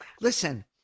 Listen